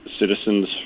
citizens